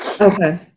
Okay